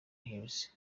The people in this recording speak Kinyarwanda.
hills